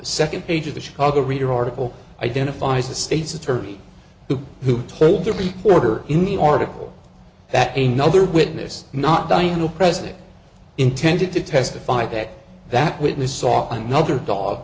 second page of the chicago reader article identifies the state's attorney who told the recorder in the article that a nother witness not i know president intended to testify that that witness saw another dog